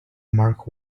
mark